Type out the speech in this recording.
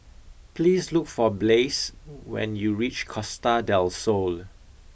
please look for Blaise when you reach Costa del Sol